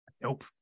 Nope